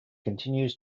continues